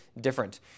different